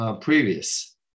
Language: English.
previous